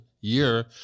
year